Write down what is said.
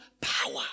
power